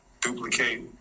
duplicate